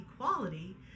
equality